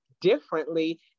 differently